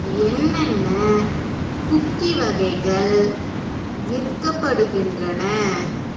என்னென்ன குக்கீ வகைகள் விற்கப்படுகின்றன